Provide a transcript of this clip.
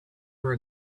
were